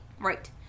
Right